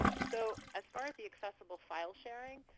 so as far as the accessible filesharing,